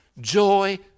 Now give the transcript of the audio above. joy